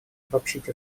обобщить